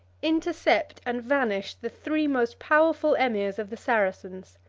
intercept and vanish the three most powerful emirs of the saracens?